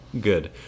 Good